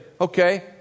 okay